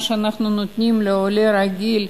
מה שאנחנו נותנים לעולה רגיל,